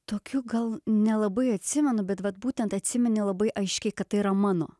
tokių gal nelabai atsimenu bet vat būtent atsimeni labai aiškiai kad tai yra mano